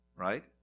Right